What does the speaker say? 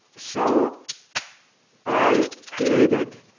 so i created